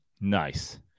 Nice